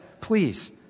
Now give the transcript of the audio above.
Please